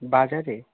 বাজারে